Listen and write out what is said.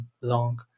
long